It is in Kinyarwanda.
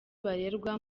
barererwa